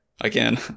again